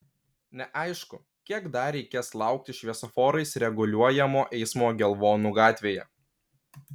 neaišku kiek dar reikės laukti šviesoforais reguliuojamo eismo gelvonų gatvėje